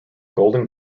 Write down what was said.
golden